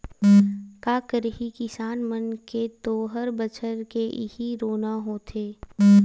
का करही किसान मन के तो हर बछर के इहीं रोना होथे